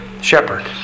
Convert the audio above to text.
shepherd